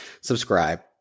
subscribe